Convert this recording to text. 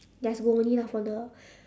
just go only lah for the